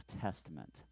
Testament